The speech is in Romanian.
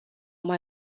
mai